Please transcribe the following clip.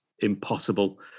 impossible